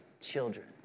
children